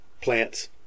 plants